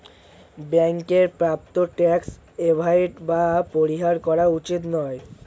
ব্যাংকের প্রাপ্য tax avoid বা পরিহার করা উচিত নয়